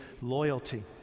loyalty